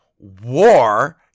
WAR